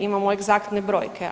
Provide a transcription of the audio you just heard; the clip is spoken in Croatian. Imamo egzaktne brojke.